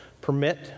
permit